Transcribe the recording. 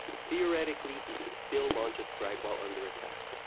theoretically, he could still launch a strike while under attack,